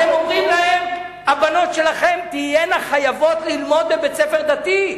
אתם אומרים להם: הבנות שלכם תהיינה חייבות ללמוד בבית-ספר דתי.